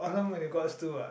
oh along with the Gods two ah